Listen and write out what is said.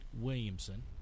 Williamson